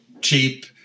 cheap